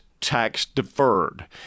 tax-deferred